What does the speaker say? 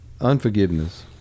unforgiveness